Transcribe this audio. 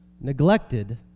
neglected